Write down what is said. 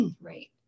right